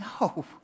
no